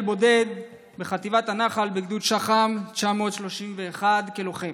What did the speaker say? בודד בחטיבת הנחל בגדוד שחם 931 כלוחם.